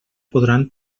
podran